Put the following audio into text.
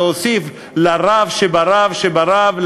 להוסיף לרב שברב שברב,